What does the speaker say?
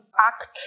Act